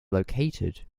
located